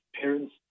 parents